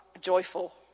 joyful